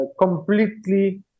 completely